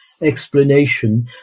explanation